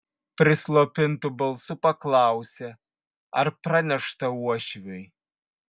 prislopintu balsu paklausė ar pranešta uošviui